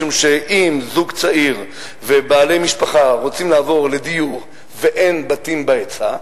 משום שאם זוג צעיר ובעלי משפחה רוצים לעבור לדיור ואין בתים בהיצע,